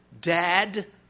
Dad